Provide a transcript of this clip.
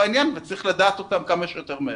וצריך לדעת אותם כמה שיותר מהר.